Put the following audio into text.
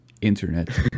internet